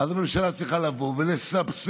אז הממשלה צריכה לבוא ולסבסד